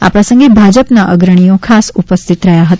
આ પ્રસંગે ભાજપના અગ્રણીઓ ખાસ ઉપસ્થિત રહ્યા હતા